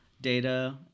Data